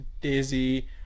dizzy